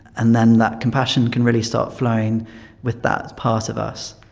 and then that compassion can really start flowing with that part of us.